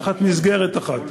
תחת מסגרת אחת.